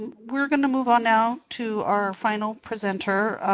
we are going to move on now to our final presenter,